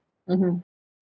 mmhmm